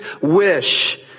wish